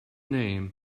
name